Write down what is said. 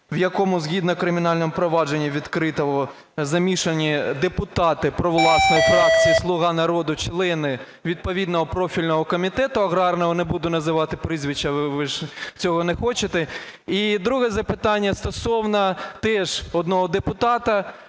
в якому, згідно кримінального провадження відкритого, замішані депутати провладної фракції "Слуга народу" члени відповідного профільного комітету аграрного, не буду називати прізвища, ви ж цього не хочете. І друге запитання стосовно теж одного депутата.